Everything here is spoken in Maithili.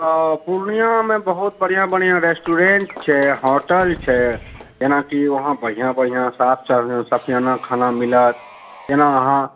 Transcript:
अऽ पूर्णियाँमे बहुत बढ़िऑं बढ़िऑं रेस्टूरेंट छै होटल छै जाहि मे कि बढ़िऑं बढ़िऑं साफ साफ सफियाना खाना मिलत जेना अहाँ